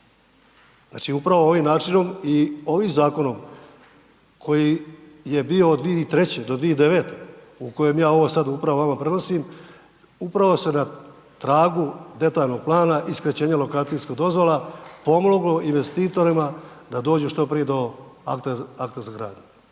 znači upravo ovim načinom i ovim Zakonom koji je bio od 2003. do 2009., u kojem ja ovo sad upravo vama prenosim, upravo se na tragu detaljnog plana i skraćenja lokacijskih dozvola pomoglo investitorima da dođu što prije do akta za gradnju.